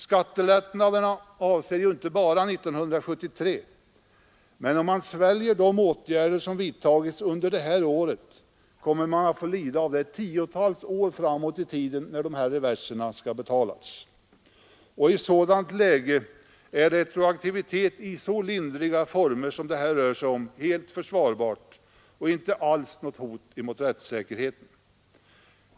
Skattelättnaderna avser ju inte bara 1973, för om man sväljer de åtgärder som vidtagits under detta år kommer man att få lida av detta tiotals år framåt i tiden när dessa reverser skall betalas. I ett sådant läge är retroaktiviteten i så lindriga former som det här rör sig om helt försvarbar och inte alls något hot mot rättssäkerheten.